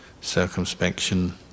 circumspection